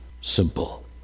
simple